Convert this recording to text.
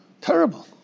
terrible